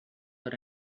are